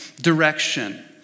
direction